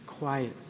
Quiet